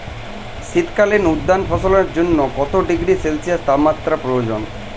শীত কালীন উদ্যান ফসলের জন্য কত ডিগ্রী সেলসিয়াস তাপমাত্রা প্রয়োজন?